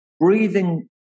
breathing